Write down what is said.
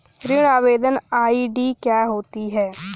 ऋण आवेदन आई.डी क्या होती है?